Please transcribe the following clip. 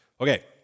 Okay